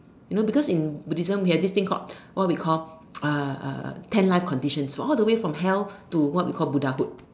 you know because in Buddhism we have this thing called what we call uh uh ten life conditions all the way from hell to what we call Buddhahood